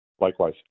Likewise